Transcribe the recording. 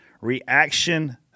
Reaction